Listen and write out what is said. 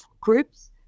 groups